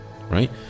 right